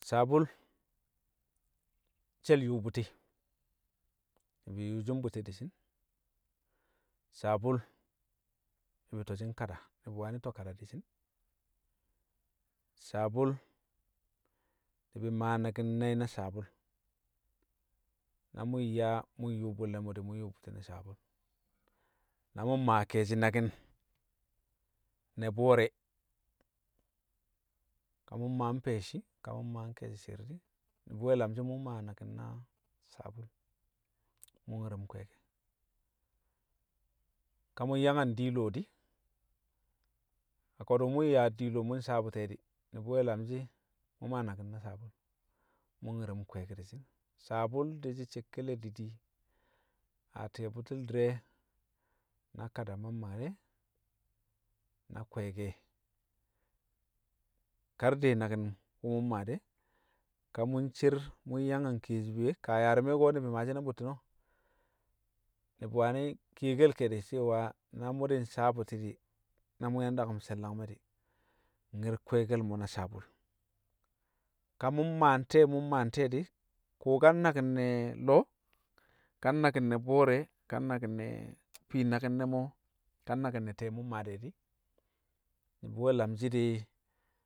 Sabul, nshe̱l yṵṵ bṵti̱, ni̱bi̱ nyṵṵshi̱ mbṵti̱ di̱shi̱n. Sabul ni̱bi̱ to̱ shi̱ nkada, ni̱bi̱ wani̱ to kada di̱shi̱n. Sabul, ni̱bi̱ maa naki̱n nai̱ na sabul, na mṵ nyaa mu nyṵṵ bṵti̱ le̱ mo̱ mṵ nyṵṵ bṵti̱ na sabul, na mu̱ mmaa ke̱e̱shi̱ naki̱n ne̱ bo̱o̱re̱ ka mu̱ di̱ mmaa mfeshi, ka mṵ mmaa ke̱e̱shi̱ shi̱i̱r di̱, ni̱bi̱ we̱ lamshi̱ mṵ maa naki̱n na sabul mṵ nyi̱rṵm kwe̱e̱ke̱. Ka mṵ nyang a ndiilo di̱, a ko̱du̱ mu̱ nyaa diilo mṵ nsawe̱ bṵti̱ e̱ ni̱bi̱ we̱ lamshi̱ mṵṵ maa naki̱n na sabul mṵ nyi̱rṵm kwe̱e̱ke di̱shi̱n. Sabul di̱shi̱ cekke le didi a ti̱ye̱ bṵti̱l di̱re̱ na kada mammade̱, na kwe̱e̱ke̱ kar dai naki̱n wṵ mu̱ maa de̱, ka mṵ ncer mṵ yang a nke̱e̱shi̱ fiye, kaa yaarṵme̱ ko̱ ni̱bi̱ maashi̱ na bṵtti̱n o̱ ni̱bi̱ wani̱ kiyekel ke̱e̱di̱ cewa na mṵ di̱ nsawe̱ bṵti̱ di̱ na mṵ yang dakṵm she̱l- dangme̱ di̱, nyi̱r kwe̱e̱ke̱l mo̱ na sabul, ka mṵ mmaa nte̱e̱, mu̱ maa nte̱e̱ di̱. Ko ka nnaki̱n ne̱ lo̱o̱, ka nnaki̱n ne bo̱o̱re̱ ka̱ nnaki̱n ne̱ fii naki̱n ne̱ mo̱, ka nnaki̱n nẹ tẹe̱ mṵ mmaa de̱ di̱, ni̱bi̱ we̱ lamshi̱ dai